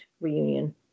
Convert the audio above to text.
reunion